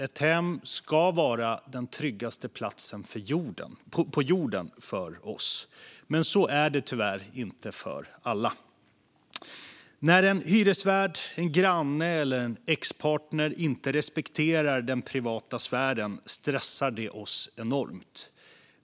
Ett hem ska vara den tryggaste platsen på jorden för oss, men så är det tyvärr inte för alla. När en hyresvärd, granne eller expartner inte respekterar den privata sfären stressar det oss enormt.